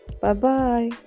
Bye-bye